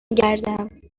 گردم